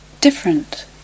different